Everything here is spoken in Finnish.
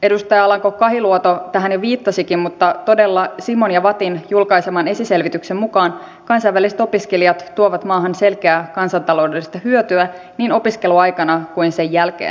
edustaja alanko kahiluoto tähän jo viittasikin mutta todella cimon ja vattin julkaiseman esiselvityksen mukaan kansainväliset opiskelijat tuovat maahan selkeää kansantaloudellista hyötyä niin opiskeluaikana kuin sen jälkeen